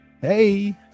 hey